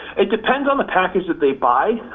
it depends on the package that they buy.